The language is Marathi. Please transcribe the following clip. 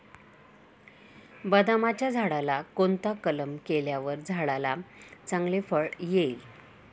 बदामाच्या झाडाला कोणता कलम केल्यावर झाडाला चांगले फळ येईल?